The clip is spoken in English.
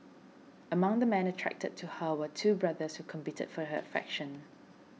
among the men attracted to her were two brothers who competed for her affection